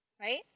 Right